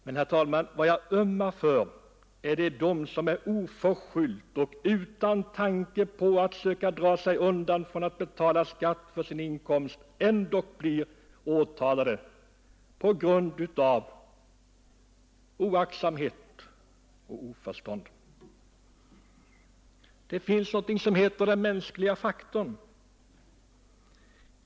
Men, herr talman, jag ömmar för dem som oförskyllt och utan tanke på att försöka dra sig undan att betala skatt för sin inkomst ändock blir åtalade på grund av oaktsamhet och oförstånd. Det finns något som heter den mänskliga faktorn.